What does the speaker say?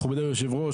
מכובדי היושב-ראש,